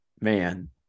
man